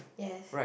yes